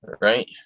right